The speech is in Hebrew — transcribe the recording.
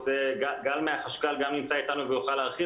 גל מהחשכ"ל גם נמצא אתנו ויוכל להרחיב,